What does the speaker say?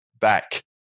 back